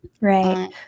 Right